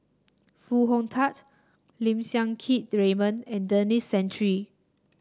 Foo Hong Tatt Lim Siang Keat Raymond and Denis Santry